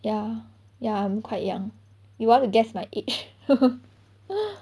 ya ya I'm quite young you want to guess my age